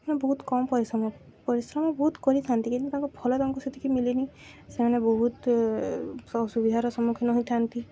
ମାନେ ବହୁତ କମ୍ ପରିଶ୍ରମ ପରିଶ୍ରମ ବହୁତ କରିଥାନ୍ତି କିନ୍ତୁ ତାଙ୍କ ଫଳ ତାଙ୍କୁ ସେତିକି ମିଳେନି ସେମାନେ ବହୁତ ଅସୁବିଧାର ସମ୍ମୁଖୀନ ହୋଇଥାନ୍ତି